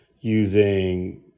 using